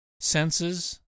senses